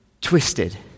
twisted